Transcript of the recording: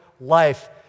life